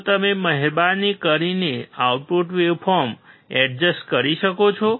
શું તમે મહેરબાની કરીને આઉટપુટ વેવ ફોર્મ એડજસ્ટ કરી શકો છો